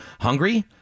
Hungry